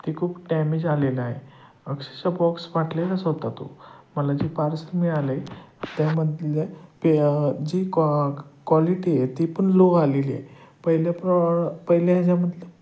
ते खूप डॅमेज आलेला आहे अक्षरशः बॉक्स फाटलेलंच होता तो मला जी पार्सल मिळालं आहे त्यामधल्या जी क्वा कॉलिटी आहे ती पण लो आलेली आहे पहिल्या प्रॉ पहिल्या ह्याच्यामधलं